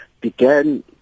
began